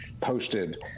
posted